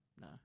no